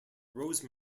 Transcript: rose